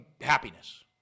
happiness